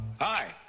Hi